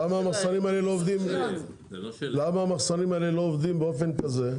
מחסנים, למה המחסנים האלה לא עובדים באופן כזה?